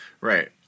Right